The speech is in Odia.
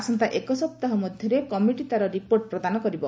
ଆସନ୍ତା ଏକସପ୍ତାହ ମଧ୍ୟରେ କମିଟି ତା'ର ରିପୋର୍ଟ ପ୍ରଦାନ କରିବ